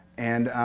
and